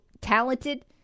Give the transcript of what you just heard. talented